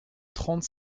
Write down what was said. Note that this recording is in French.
trente